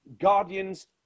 Guardians